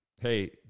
hey